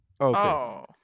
Okay